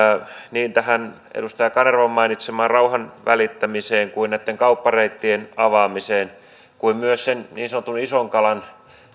niin edustaja kanervan mainitsemaan rauhanvälittämiseen kuin näitten kauppareittien avaamiseen kuin myös sen niin sanotun ison kalan